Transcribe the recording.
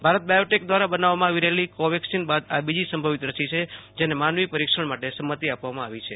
ભારત બાયોટેક દ્વારા બનાવવામાં આવી રહેલી કોવેક્સિન બાદ આ બીજી સંભવિત રસી છે જેને માનવી પરિક્ષણ માટે સંમતિ આપવામાં આવી છે